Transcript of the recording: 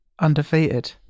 undefeated